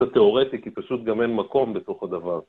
התאורטי כי פשוט גם אין מקום בתוך הדבר